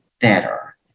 better